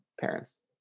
parents